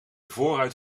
voorruit